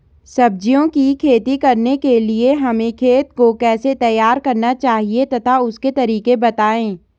सब्जियों की खेती करने के लिए हमें खेत को कैसे तैयार करना चाहिए तथा उसके तरीके बताएं?